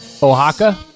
Oaxaca